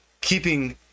keeping